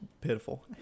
pitiful